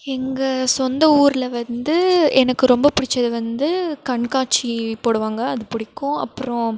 எங்கள் சொந்த ஊரில் வந்து எனக்கு ரொம்ப பிடிச்சது வந்து கண்காட்சி போடுவாங்க அது பிடிக்கும் அப்புறம்